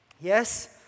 Yes